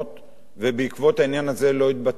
ובעקבות העניין הזה לא התבצעה חקירה.